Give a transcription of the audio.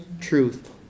truth